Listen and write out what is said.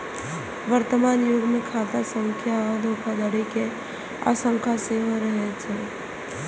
वर्तमान युग मे खाता संख्या सं धोखाधड़ी के आशंका सेहो रहै छै